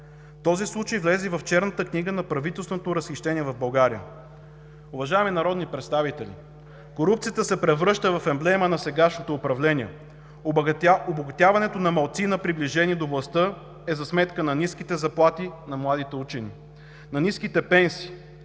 Този случай влезе и в черната книга на правителственото разхищение в България. Уважаеми народни представители, корупцията се превръща в емблема на сегашното управление. Обогатяването на малцина приближени до властта е за сметка на ниските заплати на младите учени, на ниските пенсии,